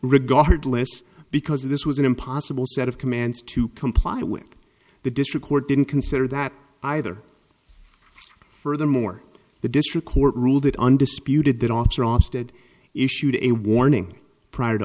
regardless because this was an impossible set of commands to comply with the district court didn't consider that either furthermore the district court ruled it undisputed that officer ofsted issued a warning prior to